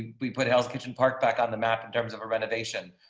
we put hell's kitchen park back on the map in terms of a renovation.